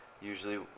Usually